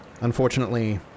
Unfortunately